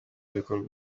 bikorwa